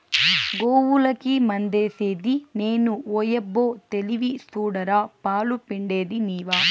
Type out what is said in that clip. గోవులకి మందేసిది నేను ఓయబ్బో తెలివి సూడరా పాలు పిండేది నీవా